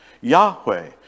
Yahweh